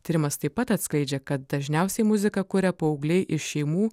tyrimas taip pat atskleidžia kad dažniausiai muziką kuria paaugliai iš šeimų